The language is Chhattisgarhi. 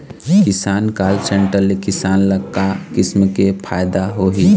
किसान कॉल सेंटर ले किसान ल का किसम के फायदा होही?